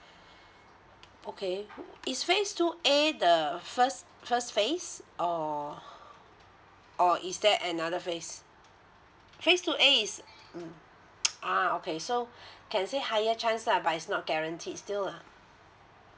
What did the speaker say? okay is phase two A the first first phase or or is there another phase phase two A is mm ah okay so can say higher chance lah but is not guaranteed still lah